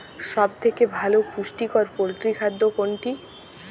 সব থেকে ভালো পুষ্টিকর পোল্ট্রী খাদ্য কোনটি?